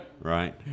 Right